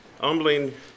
humbling